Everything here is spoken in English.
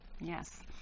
Yes